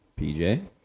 PJ